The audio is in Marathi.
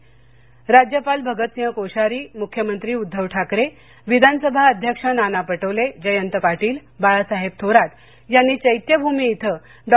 महापरिनिर्वाण राज्यपालमंबई राज्यपाल भगतसिंह कोश्यारी मुख्यमंत्री उद्दव ठाकरे विधानसभा अध्यक्ष नाना पटोले जयंत पाटील बाळासाहेब थोरात यांनी चैत्यभूमी इथं डॉ